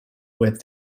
with